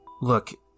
Look